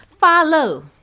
follow